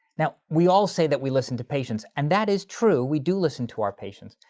now we all say that we listen to patients and that is true. we do listen to our patients.